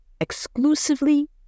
exclusively